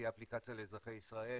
תהיה אפליקציה לאזרחי ישראל